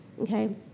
Okay